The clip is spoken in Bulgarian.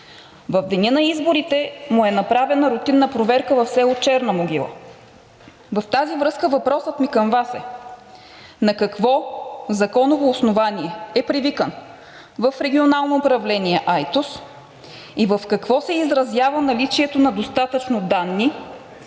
В деня на изборите му е направена рутинна проверка в село Черна могила. В тази връзка въпросът ми към Вас е: на какво законово основание е привикан в Регионално управление – Айтос, и в какво се изразява наличието на достатъчно данни,